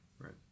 right